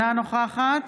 נוכחת